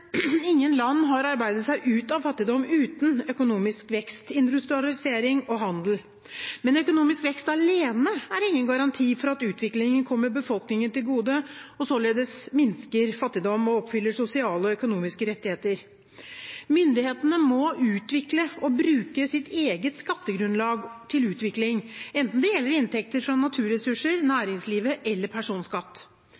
Ingen land har arbeidet seg ut av fattigdom uten økonomisk vekst, industrialisering og handel. Men økonomisk vekst alene er ingen garanti for at utviklingen kommer befolkningen til gode, og således minsker fattigdom og oppfyller sosiale og økonomiske rettigheter. Myndighetene må utvikle og bruke sitt eget skattegrunnlag til utvikling, enten det gjelder inntekter fra naturressurser,